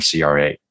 CRA